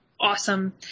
awesome